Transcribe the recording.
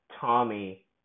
Tommy